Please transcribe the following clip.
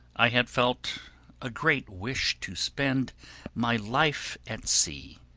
i had felt a great wish to spend my life at sea,